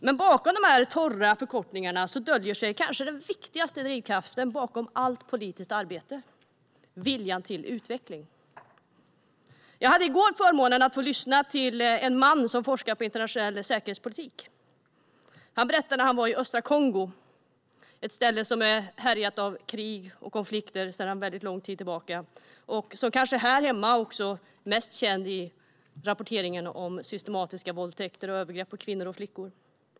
Men bakom de torra förkortningarna döljer sig kanske den viktigaste drivkraften bakom allt politiskt arbete, nämligen viljan till utveckling. Jag hade i går förmånen att få lyssna till en man som forskar om internationell säkerhetspolitik. Han berättade om när han var i östra Kongo. Det är en plats härjad av krig och konflikter sedan väldigt lång tid tillbaka, och här hemma är den kanske mest känd från rapporteringen om systematiska våldtäkter och övergrepp på kvinnor och flickor.